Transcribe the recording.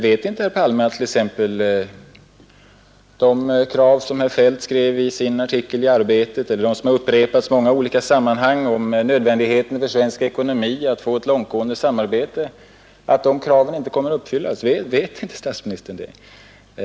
Vet inte herr Palme att t.ex. det som herr Feldt skrev i sin artikel i Arbetet, och som har upprepats i många olika sammanhang, om nödvändigheten för svensk ekonomi av att vi får ett långtgående samarbete inte kommer att uppfyllas? Vet inte statsministern det?